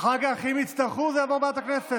אחר כך, אם יצטרכו, זה יעבור לוועדת הכנסת.